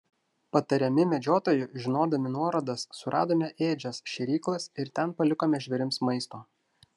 patariami medžiotojų žinodami nuorodas suradome ėdžias šėryklas ir ten palikome žvėrims maisto